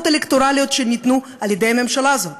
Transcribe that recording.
אלקטורליות שניתנו על-ידי הממשלה הזאת